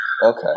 Okay